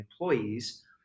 employees